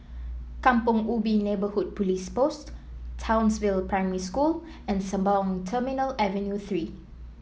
Kampong Ubi Neighbourhood Police Post Townsville Primary School and Sembawang Terminal Avenue Three